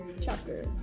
chapter